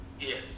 yes